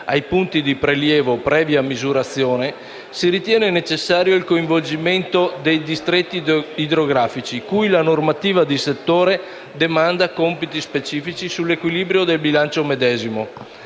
ai punti di prelievo previa misurazione, si ritiene necessario il coinvolgimento dei distretti idrografici, cui la normativa di settore demanda compiti specifici sull’equilibrio del bilancio medesimo.